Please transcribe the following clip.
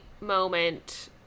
moment